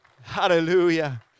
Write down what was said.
Hallelujah